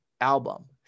album